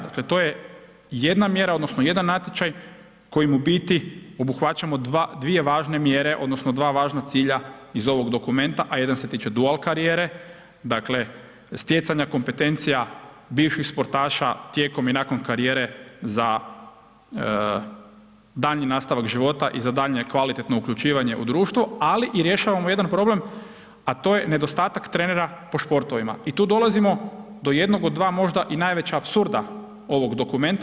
Dakle, to je jedna mjera, jedan natječaj kojim u biti obuhvaćamo dvije važne mjere, odnosno dva važna cilja iz ovog dokumenta, a jedan se tiče dual karijere, dakle, stjecanja kompetencija bivših sportaša tijekom i nakon karijere za daljnji nastavak života i za daljnje kvalitetno uključivanje u društvo, ali i rješavamo jedan problem, a to je nedostatak trenera po športovima i tu dolazimo do jednog od dva možda i najveća apsurda ovog dokumenta.